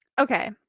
Okay